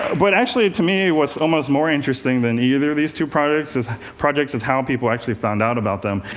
but actually, to me, what's almost more interesting than either of these two projects is projects is how people actually found out about them.